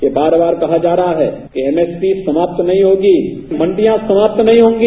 यह बार बार कहा जा रहा है कि एमएसपी समाप्त नहीं होगी मंडिया समाप्त नहीं होंगी